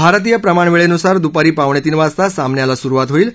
भारतीय प्रमाणवेळेनुसार दुपारी पावणेतीन वाजता सामन्याला सरुवात होईल